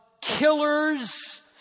killers